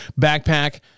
backpack